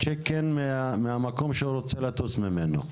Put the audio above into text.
הצ'ק אין מהמקום ממנו הוא רוצה לטוס ממנו.